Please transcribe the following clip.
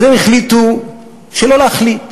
אז הם החליטו שלא להחליט.